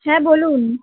হ্যাঁ বলুন